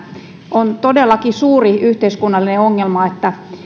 on todellakin suuri yhteiskunnallinen ongelma että